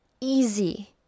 easy